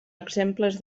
exemples